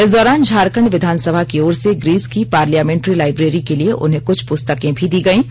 इस दौरान झारखंड विधानसभा की ओर से ग्रीस की पार्लियामेंट्री लाइब्रेरी के लिए उन्हें कुछ पुस्तके भी दी गयीं